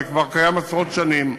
זה כבר קיים עשרות שנים,